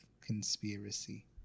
conspiracy